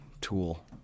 tool